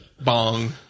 bong